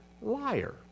liar